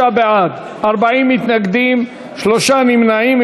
56 בעד, 40 מתנגדים, שלושה נמנעים.